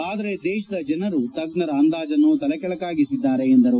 ಆದರೆ ದೇಶದ ಜನರು ತಜ್ಞರ ಅಂದಾಜನ್ನು ತಲೆಕೆಳಗಾಗಿಸಿದ್ದಾರೆ ಎಂದು ಹೇಳದರು